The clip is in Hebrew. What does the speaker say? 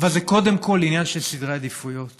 אבל זה קודם כול עניין של סדר עדיפויות